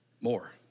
more